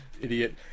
Idiot